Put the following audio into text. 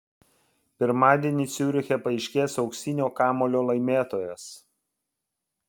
pirmadienį ciuriche paaiškės auksinio kamuolio laimėtojas